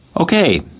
Okay